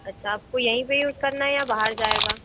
अच्छा आपको यहीं पर यूस करना है या बाहर जाएगा